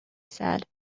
said